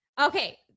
Okay